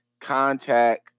contact